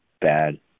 bad